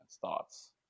Thoughts